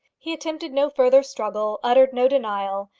he attempted no further struggle, uttered no denial,